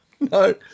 No